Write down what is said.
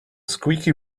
squeaky